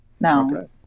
No